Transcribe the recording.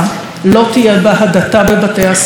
לא תהיה בה הדתה בבתי הספר.